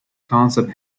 concept